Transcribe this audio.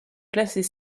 classés